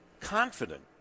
confident